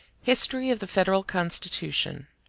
history of the federal constitution